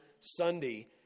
Sunday